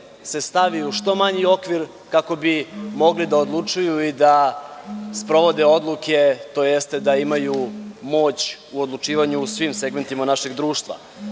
sve stavi u što manji okvir kako bi mogli da odlučuju i da sprovode odluke, tj. da imaju moć u odlučivanju u svim segmentima naše društva.